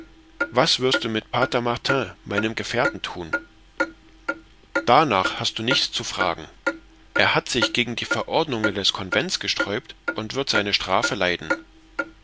was wirst du mit pater martin meinem gefährten thun darnach hast du nichts zu fragen er hat sich gegen die verordnungen des convents gesträubt und wird seine strafe leiden